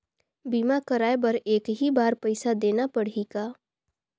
बीमा कराय बर एक ही बार पईसा देना पड़ही का?